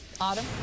Autumn